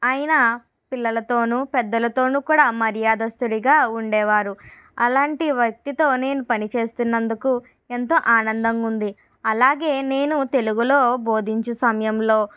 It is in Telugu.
ఆయన పిల్లలతోనూ పెద్దలతోను కూడా మర్యాదస్తుడిగా ఉండేవారు అలాంటి వ్యక్తితో నేను పని చేస్తున్నందుకు ఎంతో ఆనందంగా ఉంది అలాగే నేను తెలుగులో బోధించు సమయంలో